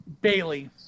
Bailey